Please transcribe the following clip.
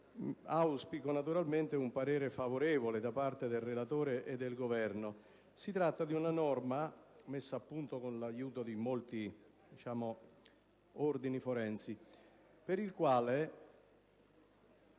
Auspico naturalmente un parere favorevole da parte del relatore e del Governo. Si tratta di una norma, messa a punto con l'aiuto di molti ordini forensi, in base